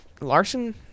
Larson